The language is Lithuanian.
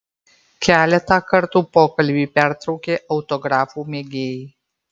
keletą kartų pokalbį pertraukė autografų mėgėjai